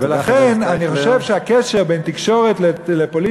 ולכן אני חושב שצריך להיות הקשר בין תקשורת לפוליטיקה,